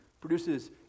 produces